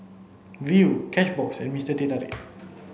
Viu Cashbox and Mister Teh Tarik